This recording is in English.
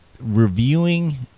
reviewing